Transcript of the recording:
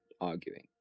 arguing